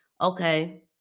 okay